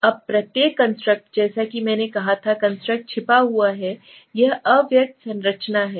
अब प्रत्येक कंस्ट्रक्ट जैसा कि मैंने कहा था कंस्ट्रक्ट छिपा हुआ है यह अव्यक्त संरचना है